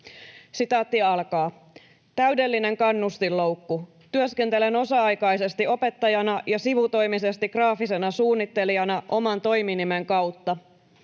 pois.” ”Täydellinen kannustinloukku. Työskentelen osa-aikaisesti opettajana ja sivutoimisesti graafisena suunnittelijana oman toiminimen kautta.